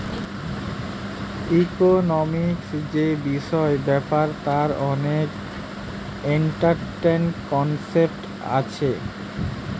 economic যে বিষয় ব্যাপার তার অনেক ইম্পরট্যান্ট কনসেপ্ট আছে